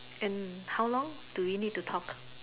and how long do we need to talk